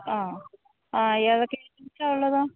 അ അ ഏതൊക്കെ ഐറ്റംസാണ് ഉള്ളത്